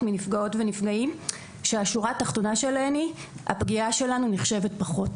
מנפגעות ונפגעים שהשורה התחתונה שלהם היא הפגיעה שלנו נחשבת פחות.